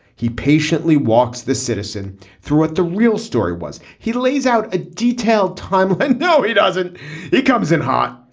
he patiently walks this citizen through what the real story was. he lays out a detailed timeline. no, he doesn't he comes in hot,